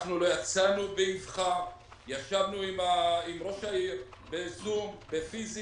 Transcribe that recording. אנחנו לא יצאנו בבת אחת אלא ישבנו עם ראש העיר ועם כולם.